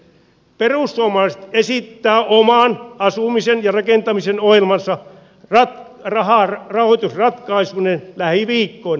perussuomalaiset esittävät oman asumisen ja rakentamisen ohjelmansa rahoitusratkaisuineen lähiviikkona